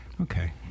Okay